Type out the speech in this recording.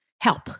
help